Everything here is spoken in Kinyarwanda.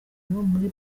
muri